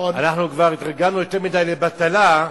אנחנו כבר התרגלנו יותר מדי לבטלה.